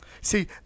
See